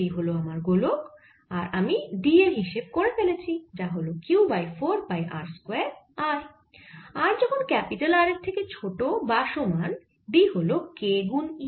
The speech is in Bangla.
এই হল আমার গোলক আর আমি D এর হিসেব করে ফেলেছি যা হল Q বাই 4 পাই r স্কয়ার r r যখন R এর থেকে ছোট বা সমান D হল k গুন E